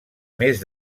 més